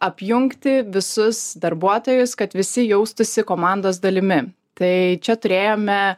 apjungti visus darbuotojus kad visi jaustųsi komandos dalimi tai čia turėjome